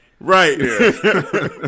right